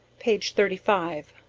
page thirty five.